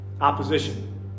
Opposition